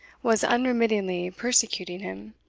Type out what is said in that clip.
was unremittingly persecuting him